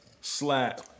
Slap